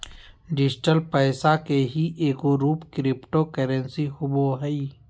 digital पैसा के ही एगो रूप क्रिप्टो करेंसी होवो हइ